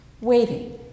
Waiting